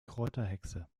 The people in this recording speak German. kräuterhexe